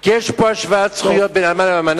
כי יש פה השוואת זכויות בין אלמן לאלמנה,